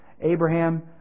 Abraham